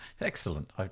Excellent